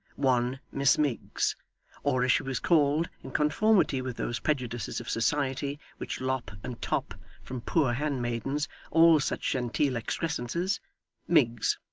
one miss miggs or as she was called, in conformity with those prejudices of society which lop and top from poor hand-maidens all such genteel excrescences miggs.